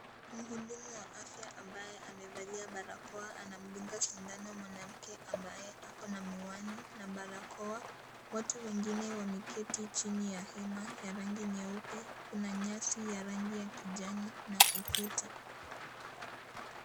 Muhudumu wa afya ambaye amevalia barakoa anamdunga sindano mwanamke ambaye ako na miwani na barakoa, watu wengine wameketi chini ya hema ya rangi nyeupe, Kuna nyasi ya rangi ya kijani na ukuta.